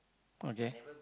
okay